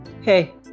hey